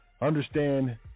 understand